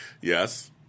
Yes